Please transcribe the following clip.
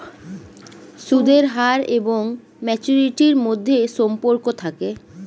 সুদের হার এবং ম্যাচুরিটির মধ্যে সম্পর্ক থাকে